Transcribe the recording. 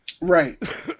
Right